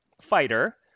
fighter